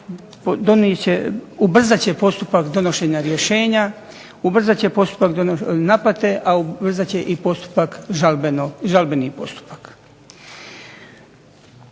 ubrzat će postupak donošenja rješenja, ubrzat će postupak naplate, a ubrzat će postupak, žalbeni postupak.